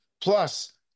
Plus